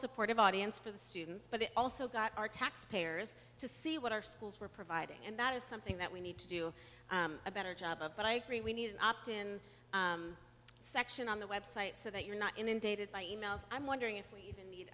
supportive audience for the students but it also got our taxpayers to see what our schools were providing and that is something that we need to do a better job of but i really need an opt in section on the website so that you're not inundated by e mail i'm wondering if we even need